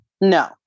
No